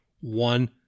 one